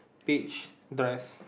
page dress